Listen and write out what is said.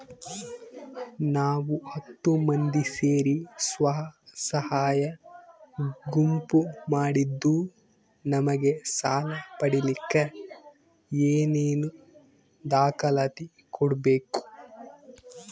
ನಾವು ಹತ್ತು ಮಂದಿ ಸೇರಿ ಸ್ವಸಹಾಯ ಗುಂಪು ಮಾಡಿದ್ದೂ ನಮಗೆ ಸಾಲ ಪಡೇಲಿಕ್ಕ ಏನೇನು ದಾಖಲಾತಿ ಕೊಡ್ಬೇಕು?